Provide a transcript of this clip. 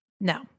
no